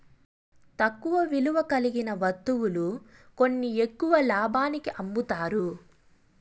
తక్కువ విలువ కలిగిన వత్తువులు కొని ఎక్కువ లాభానికి అమ్ముతారు